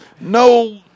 No